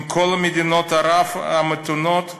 עם כל מדינות ערב המתונות,